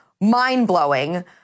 Mind-blowing